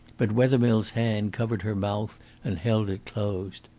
but wethermill's hand covered her mouth and held it closed.